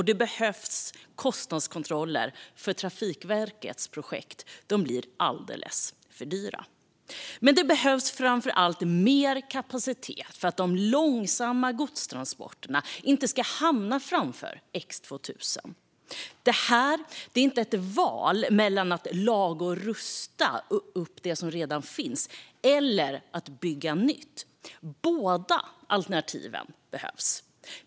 Det behövs kostnadskontroller, för Trafikverkets projekt blir alldeles för dyra. Men det behövs framför allt mer kapacitet för att de långsamma godstransporterna inte ska hamna framför X2000. Detta är inte ett val mellan att laga och rusta upp det som redan finns och att bygga nytt, utan båda alternativen behövs.